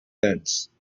fence